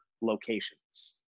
locations